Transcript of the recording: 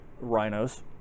rhinos